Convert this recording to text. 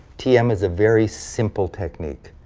tm is a very simple technique.